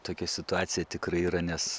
tokia situacija tikrai yra nes